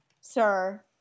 sir